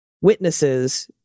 witnesses